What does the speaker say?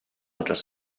dros